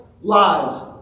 lives